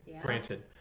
granted